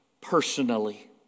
personally